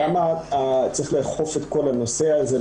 צריך לאכוף את כל הנושא הזה.